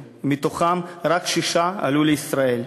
מתוכם רק שישה עלו לישראל.